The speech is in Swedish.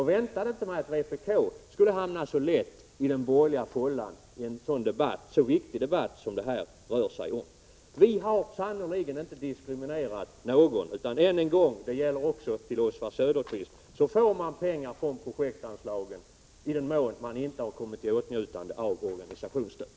Jag väntade mig inte att vpk så lätt skulle hamna i den borgerliga fållan i en så viktig debatt som denna. Vi har sannerligen inte diskriminerat någon. Jag upprepar — och då vänder jag mig också till Oswald Söderqvist — att man får pengar från projektanslagen i den mån man inte kommit i åtnjutande av organisationsstöd.